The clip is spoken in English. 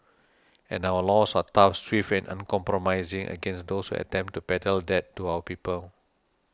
and our laws are tough swift and uncompromising against those who attempt to peddle death to our people